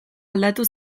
aldatu